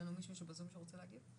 אולי יש מישהו בזום שרוצה להגיב?